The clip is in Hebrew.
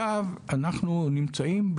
אנחנו נמצאים,